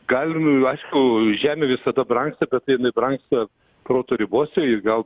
gali aišku aišku žemė visada brangsta bet jinai brangsta proto ribose ir gal